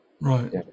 right